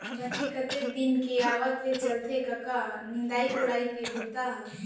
बने कतेक दिन के आवत ले चलथे कका निंदई कोड़ई के बूता ह?